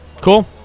Cool